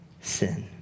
sin